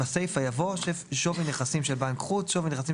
בסיפא יבוא ""שווי נכסים של בנק חוץ" שווי נכסים